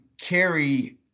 carry